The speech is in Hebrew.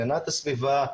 הגנת הסביבה,